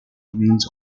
remains